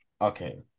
Okay